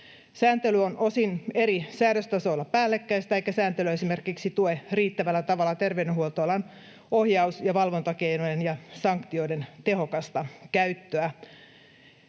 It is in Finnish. Sääntely on osin eri säädöstasoilla päällekkäistä, eikä sääntely esimerkiksi tue riittävällä tavalla terveydenhuoltoalan ohjaus- ja valvontakeinojen ja sanktioiden tehokasta käyttöä.